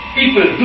people